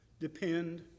depend